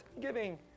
giving